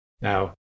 now